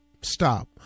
stop